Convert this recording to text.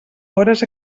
hores